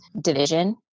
division